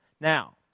now